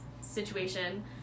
situation